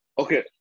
okay